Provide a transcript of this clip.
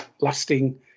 lasting